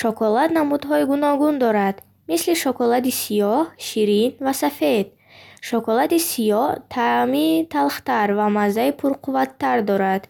Шоколад намудҳои гуногун дорад, мисли шоколади сиёҳ, ширин ва сафед. Шоколади сиёҳ таъми талхтар ва маззаи пурқувваттар дорад,